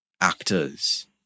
actors